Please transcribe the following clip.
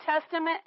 Testament